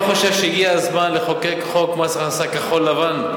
חושב שהגיע הזמן לחוקק חוק מס הכנסה כחול-לבן?